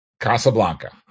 Casablanca